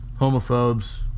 homophobes